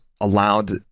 allowed